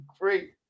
great